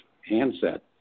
handset